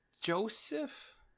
Joseph